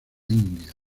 india